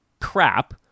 crap